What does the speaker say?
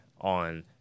on